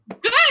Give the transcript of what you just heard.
good